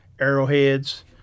arrowheads